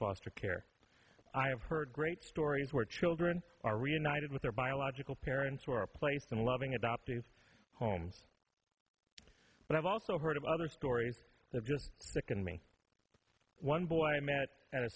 foster care i have heard great stories where children are reunited with their biological parents were placed in loving adoptive homes but i've also heard of other stories that just sickened me one boy i met at a